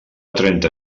trenta